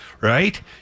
right